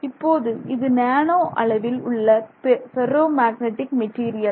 இப்போது இது நேனோ அளவில் உள்ள ஃபெர்ரோ மேக்னடிக் மெட்டீரியல்